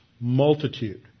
multitude